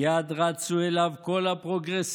מייד רצו אליו כל הפרוגרסיבים: